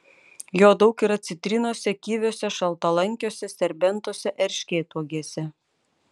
jo daug yra citrinose kiviuose šaltalankiuose serbentuose erškėtuogėse